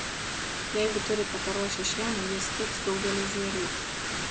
jeigu turite paruošę šieno jis tiks daugeliui žvėrių